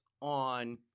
on